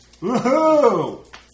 Woohoo